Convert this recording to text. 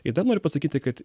ir dar noriu pasakyti kad